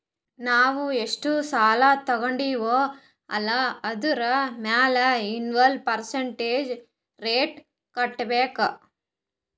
ನಾವ್ ಎಷ್ಟ ಸಾಲಾ ತೊಂಡಿವ್ ಅಲ್ಲಾ ಅದುರ್ ಮ್ಯಾಲ ಎನ್ವಲ್ ಪರ್ಸಂಟೇಜ್ ರೇಟ್ ಕಟ್ಟಬೇಕ್